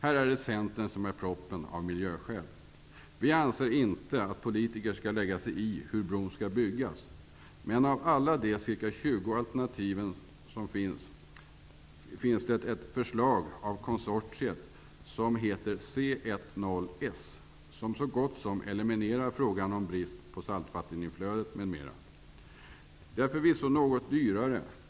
Här är det Centern som är proppen, av miljöskäl. Vi anser inte att politiker skall lägga sig i hur bron skall byggas, men bland alla de cirka 20 alternativen finns ett förslag av konsortiet som heter C10S som så gott som eliminerar frågan om brist på saltvatteninflöde m.m. Det är förvisso något dyrare.